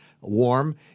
warm